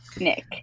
Nick